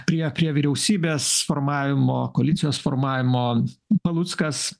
prie prie vyriausybės formavimo koalicijos formavimo paluckas